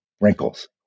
wrinkles